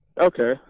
Okay